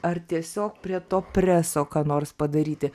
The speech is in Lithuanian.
ar tiesiog prie to preso ką nors padaryti